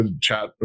chat